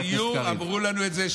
בסיור אמרו לנו את זה,